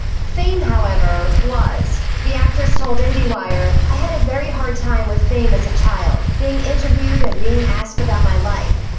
fame, however, was. the actress told indiewire, i had a very hard time with fame as a child, being interviewed and being asked about my life.